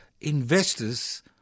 investors